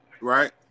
Right